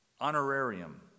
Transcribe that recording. Honorarium